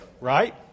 right